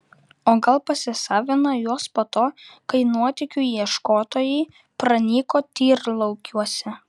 o gal pasisavino juos po to kai nuotykių ieškotojai pranyko tyrlaukiuose